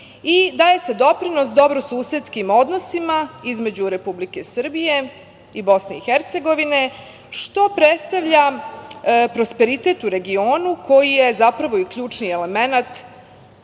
i daje se doprinos dobrosusedskim odnosima između Republike Srbije i Bosne i Hercegovine, što predstavlja prosperitet u regionu koji je, zapravo, i ključni elemenat